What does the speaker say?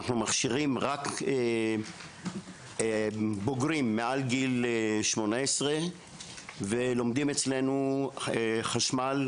אנחנו מכשירים רק בוגרים מעל גיל 18 ולומדים אצלנו חשמל,